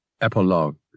Epilogue